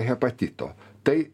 hepatito tai